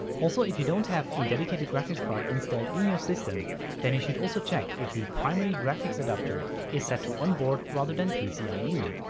also if you don't have a dedicated graphics card installed in your system then you should also check if the primary graphics adapter is set to unboard rather than pcie.